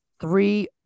Three